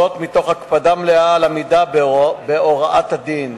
זאת מתוך הקפדה מלאה על עמידה בהוראת הדין.